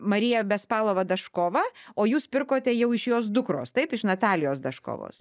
marija bespalova daškova o jūs pirkote jau iš jos dukros taip iš natalijos daškovos